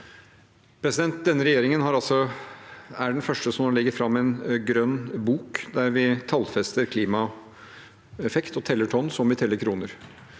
Denne regjeringen er den første som legger fram en grønn bok der vi tallfester klimaeffekt og teller tonn som vi teller kroner.